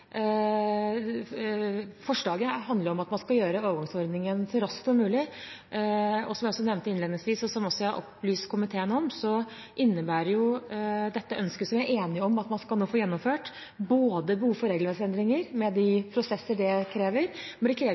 forslaget jo handler om at man skal finne en overgangsordning så raskt som mulig, og som jeg nevnte innledningsvis og har opplyst komiteen om, innebærer dette ønsket, som vi er enige om at man nå skal få gjennomført, både behov for regelverksendringer, med de prosesser det krever, og det krever